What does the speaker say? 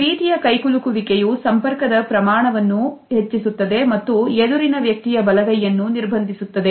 ಈ ರೀತಿಯ ಕೈಕುಲುಕುವಿಕೆಯು ಸಂಪರ್ಕದ ಪ್ರಮಾಣವನ್ನು ಹೆಚ್ಚಿಸುತ್ತದೆ ಮತ್ತು ಎದುರಿನ ವ್ಯಕ್ತಿಯ ಬಲಗಯ್ಯನ್ನು ನಿರ್ಬಂಧಿಸುತ್ತದೆ